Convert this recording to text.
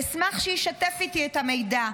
אשמח שישתף איתי את המידע.